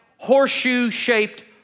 horseshoe-shaped